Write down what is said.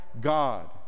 God